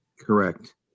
Correct